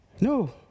No